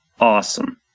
Awesome